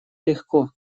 легко